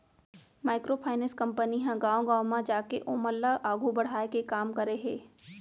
micro finance company ह गाँव गाँव म जाके ओमन ल आघू बड़हाय के काम करे हे